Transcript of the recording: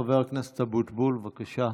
חבר הכנסת אבוטבול, בבקשה.